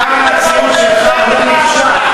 גם כאן הציון שלך הוא נכשל.